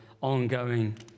ongoing